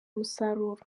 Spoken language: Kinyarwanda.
umusaruro